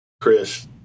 Chris